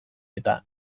eta